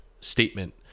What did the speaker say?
statement